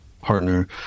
partner